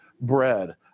bread